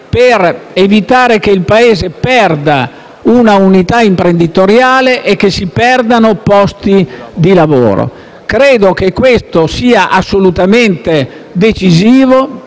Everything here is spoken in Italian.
per evitare che il Paese perda un'unità imprenditoriale e che si perdano posti di lavoro. Credo che questo sia assolutamente decisivo